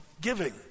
giving